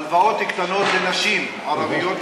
הלוואות קטנות לנשים ערביות,